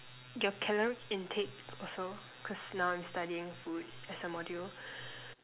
your calorie intake also cause now I'm studying food as a module